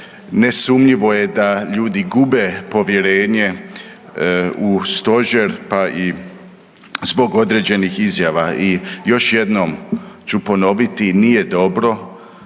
nesumnjivo je da ljudi gube povjerenje u stožer, pa i zbog određenih izjava. I još jednom ću ponoviti nije dobro